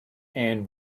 and